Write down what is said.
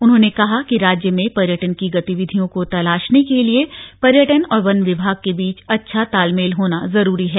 उन्होंने कहा कि राज्य में पर्यटन की गतिविधियों को तलाशने के लिए पर्यटन और वन विभाग के बीच अच्छा तालमेल होना जरूरी है